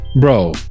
bro